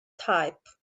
type